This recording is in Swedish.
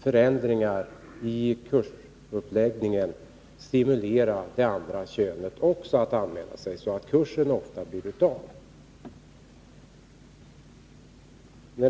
förändringar i kursuppläggningen ofta stimulera också det andra könet att anmäla sig, så att kursen blir av.